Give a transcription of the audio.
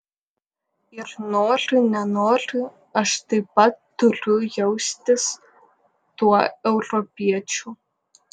ir nori nenori aš taip pat turiu jaustis tuo europiečiu